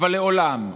אבל לעולם,